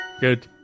good